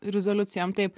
rezoliucijom taip